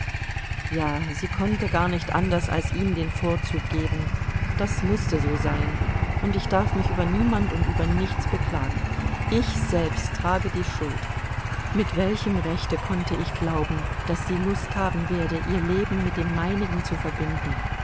ja sie konnte gar nicht anders als ihm den vorzug geben das mußte so sein und ich darf mich über niemand und über nichts beklagen ich selbst trage die schuld mit welchem rechte konnte ich glauben daß sie lust haben werde ihr leben mit dem meinigen zu verbinden